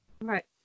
right